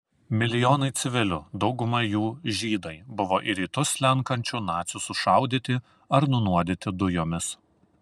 milijonai civilių dauguma jų žydai buvo į rytus slenkančių nacių sušaudyti ar nunuodyti dujomis